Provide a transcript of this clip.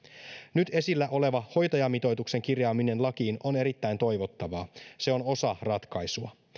nyt esillä oleva hoitajamitoituksen kirjaaminen lakiin on erittäin toivottavaa se on osa ratkaisua